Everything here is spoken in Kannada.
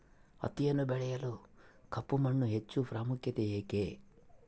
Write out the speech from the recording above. ಹತ್ತಿಯನ್ನು ಬೆಳೆಯಲು ಕಪ್ಪು ಮಣ್ಣಿಗೆ ಹೆಚ್ಚು ಪ್ರಾಮುಖ್ಯತೆ ಏಕೆ?